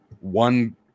One